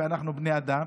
אנחנו בני אדם,